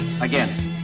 again